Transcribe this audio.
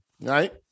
right